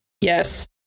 Yes